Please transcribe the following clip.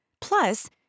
plus